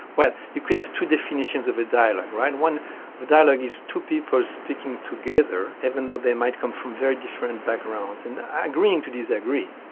well, you could have two definitions of a dialogue, right? one of dialogue is two people speaking together, even though they might come from very different backgrounds, and agreeing to disagree,